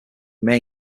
may